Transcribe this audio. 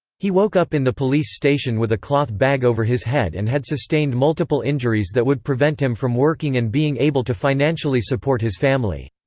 he woke up in the police station with a cloth bag over his head and had sustained multiple injuries that would prevent him from working and being able to financially support his family.